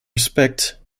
respect